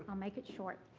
i'll make it short.